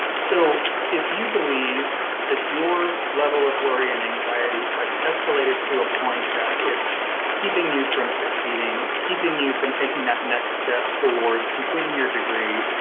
so if you believe that your level of worry and anxiety has escalated to a point that it's keeping you from succeeding, it's keeping you from taking that next step towards completing your degree,